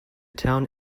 town